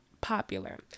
popular